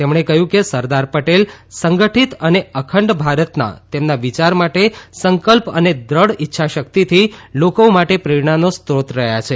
તેમણે કહ્યું કે સરદાર પટેલ સંગઠિત ને ખંડ ભારતના તેમના વિચાર માટે સંકલ્પ ને દ્રઢ ઇચ્છા શક્તિથી લોકો માટે પ્રેરણાનો સ્ત્રોત રહ્યા છે